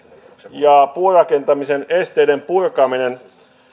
ja puurakentamisen esteiden purkaminen